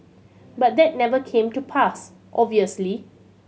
but that never came to pass obviously